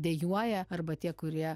dejuoja arba tie kurie